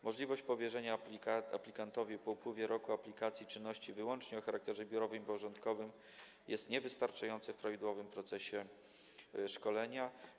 Możliwość powierzenia aplikantowi po upływie roku aplikacji czynności wyłącznie o charakterze biurowym i porządkowym jest niewystarczająca w prawidłowym procesie szkolenia.